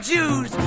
Jews